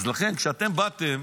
אז לכן, כשאתם באתם